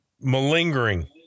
Malingering